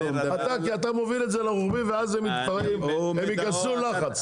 כי אתה מוביל את זה לרוחבי ואז הם ייכנסו ללחץ,